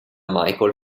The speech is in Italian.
michael